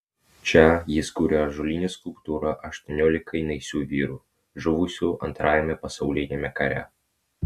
čia jis kūrė ąžuolinę skulptūrą aštuoniolikai naisių vyrų žuvusių antrajame pasauliniame kare